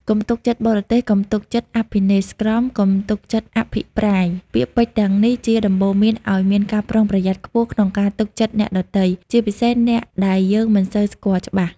កុំទុកចិត្តបរទេស កុំទុកចិត្តអភិនេស្ក្រមណ៍ កុំទុកចិត្តអភិប្រាយ ពាក្យពេចន៍ទាំងនេះជាដំបូន្មានឱ្យមានការប្រុងប្រយ័ត្នខ្ពស់ក្នុងការទុកចិត្តអ្នកដទៃ ជាពិសេសអ្នកដែលយើងមិនសូវស្គាល់ច្បាស់។